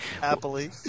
Happily